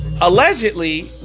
Allegedly